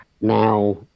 now